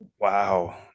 wow